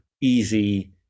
easy